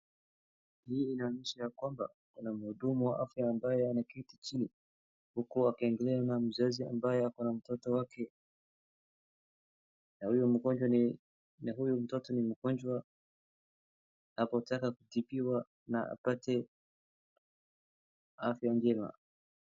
Hii inaonyesha ya kwamba, kuna mhudumu wa afya ambaye anaketi chini, huku akiangaliwa na mzazi ambaye ako na mtoto wake na huyo mgonjwa ni huyu mtoto mgonjwa anataka kutibiwa na apate afya njema.